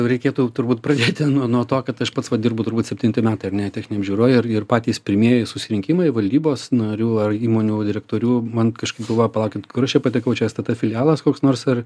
reikėtų turbūt pradėti nuo nuo to kad aš pats va dirbu turbūt septinti metai ar ne techninėj apžiūroj ir ir patys pirmieji susirinkimai valdybos narių ar įmonių direktorių man kažkaip galvoju palaukit kur aš čia patekau čia stt filialas koks nors ar